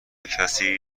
کسی